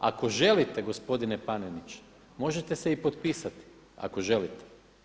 Ako želite gospodine Panenić, možete se i potpisati ako želite.